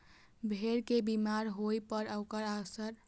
भेड़ के बीमार होइ पर ओकर असर पशुपालक केर आर्थिक स्थिति पर पड़ै छै